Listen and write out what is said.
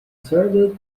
served